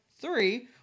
three